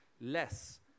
less